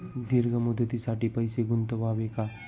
दीर्घ मुदतीसाठी पैसे गुंतवावे का?